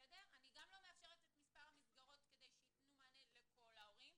גם לא מאפשרת את מספר המסגרות כדי שיתנו מענה לכל ההורים,